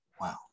wow